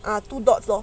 ah two dots lor